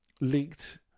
leaked